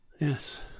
Yes